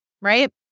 right